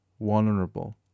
vulnerable